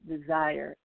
desire